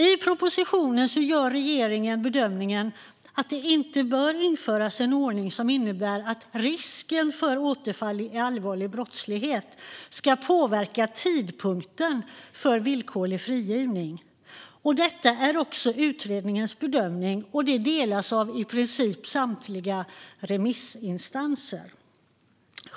I propositionen gör regeringen bedömningen att det inte bör införas en ordning som innebär att risken för återfall i allvarlig brottslighet ska påverka tidpunkten för villkorlig frigivning. Detta är också utredningens bedömning, och den delas av i princip samtliga remissinstanser.